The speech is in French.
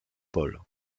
paul